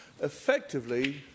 Effectively